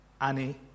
Annie